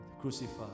Crucified